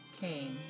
came